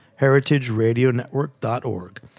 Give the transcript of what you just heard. heritageradionetwork.org